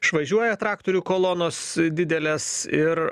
išvažiuoja traktorių kolonos didelės ir